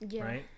right